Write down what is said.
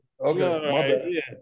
Okay